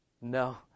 no